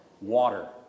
Water